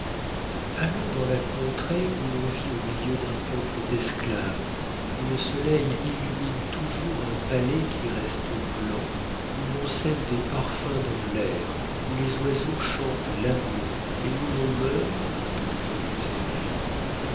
allons dans la contrée où l'on vit au milieu d'un peuple d'esclaves où le soleil illumine toujours un palais qui reste blanc où l'on sème des parfums dans l'air où les oiseaux chantent l'amour et où l'on meurt quand on ne peut plus aimer